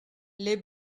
les